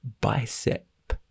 bicep